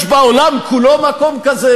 יש בעולם כולו מקום כזה?